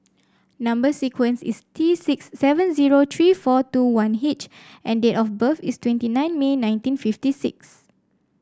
number sequence is T six seven zero three four two one H and date of birth is twenty nine May nineteen fifty six